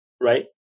right